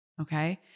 Okay